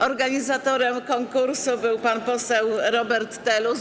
Organizatorem konkursu był pan poseł Robert Telus.